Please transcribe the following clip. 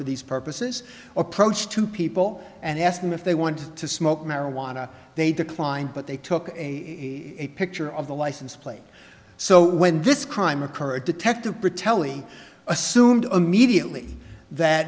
for these purposes approach to people and ask them if they want to smoke marijuana they declined but they took him a picture of the license plate so when this crime occurred detective patella assumed immediately